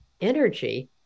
energy